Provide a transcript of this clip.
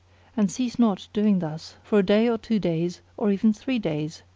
and cease not doing thus for a day or two days or even three days,